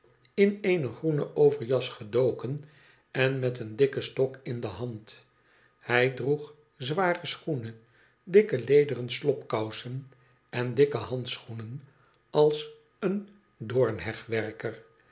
in eene groene overjas gedoken en met een dikken stok in de hand hij droeg zware schoenen dikke lederen slopkousen en dikke handschoenen als een